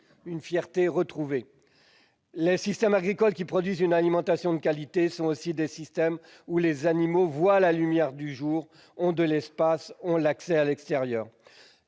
de leur métier. Les systèmes agricoles qui produisent une alimentation de qualité sont aussi des systèmes où les animaux voient la lumière du jour, ont de l'espace et ont accès à l'extérieur.